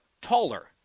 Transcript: taller